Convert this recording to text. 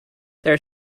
are